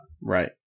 Right